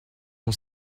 son